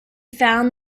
found